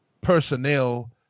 personnel